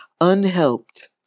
unhelped